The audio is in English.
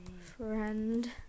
friend